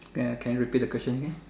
can can repeat the question again